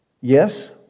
Yes